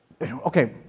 Okay